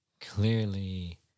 clearly